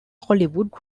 hollywood